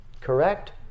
correct